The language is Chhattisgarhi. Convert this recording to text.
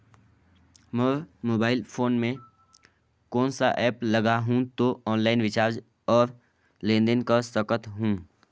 मोर मोबाइल फोन मे कोन सा एप्प लगा हूं तो ऑनलाइन रिचार्ज और लेन देन कर सकत हू?